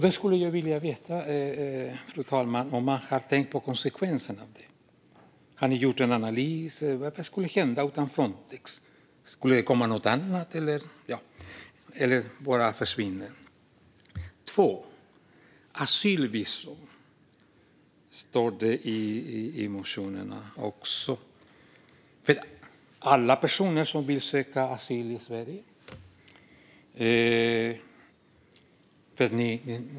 Då skulle jag vilja veta om ni har tänkt på konsekvenserna av det. Har ni gjort en analys: Vad skulle hända utan Frontex? Skulle det komma något annat, eller ska det bara försvinna? För det andra står det i motionen om asylvisum för alla personer som vill söka asyl i Sverige.